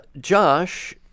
Josh